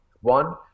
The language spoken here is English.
one